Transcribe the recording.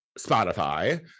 Spotify